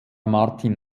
martin